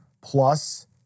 Plus